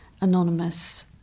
anonymous